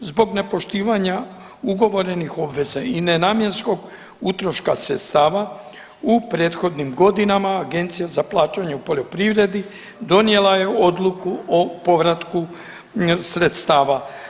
Zbog nepoštivanja ugovorenih obveza i nenamjenskog utroška sredstava u prethodnim godinama Agencija za plaćanje u plaćanju u poljoprivredi donijela je odluku o povratu sredstava.